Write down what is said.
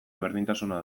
berdintasuna